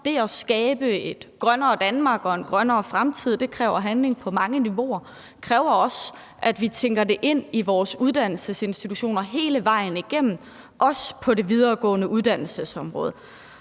det at skabe et grønnere Danmark og en grønnere fremtid handling på mange niveauer, og det kræver også, at vi tænker det ind i vores uddannelsesinstitutioner hele vejen igennem, også på det videregående uddannelsesområde.